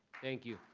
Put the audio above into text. thank you.